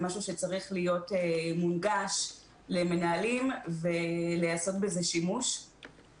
זה משהו שצריך להיות מונגש למנהלים ולעשות בזה שימוש,